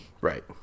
Right